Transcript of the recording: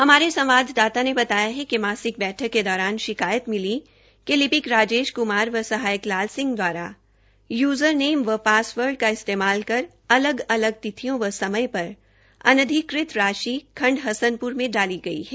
हमारे संवाददाता ने बताया है कि मासिक बैठक के दौरान शिकायत मिली कि लिपिक राजेश कुमार व सहायक लाल सिंह द्वारा यूज़र नेम व पास वर्ड का इस्तेमाल कर अलग अलग तिथियों व समय पर अनधिकृत राशि खंड हसनपुर में डाली गई है